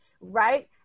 right